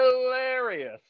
hilarious